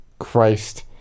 Christ